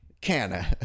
Canna